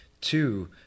Two